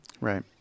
Right